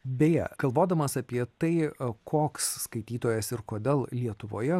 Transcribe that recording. beje galvodamas apie tai koks skaitytojas ir kodėl lietuvoje